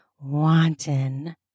wanton